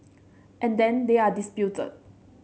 and then they are disputed